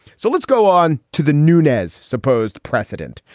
so let's go on to the nunez supposed precedent.